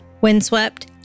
windswept